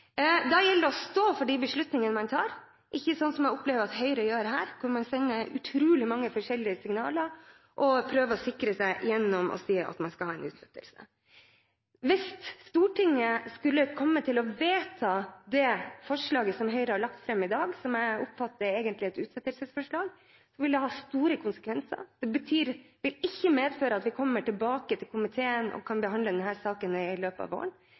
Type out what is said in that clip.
Da gjelder det å stå for de beslutningene vi tar, og ikke, som jeg opplever at Høyre gjør her, sende utrolig mange forskjellige signaler og prøve å sikre seg gjennom å si at man skal ha en utsettelse. Hvis Stortinget skulle komme til å vedta det forslaget som Høyre har lagt fram i dag, som jeg oppfatter at egentlig er et utsettelsesforslag, vil det ha store konsekvenser. Det vil ikke medføre at saken kommer tilbake til komiteen og vi kan behandle den i løpet av våren.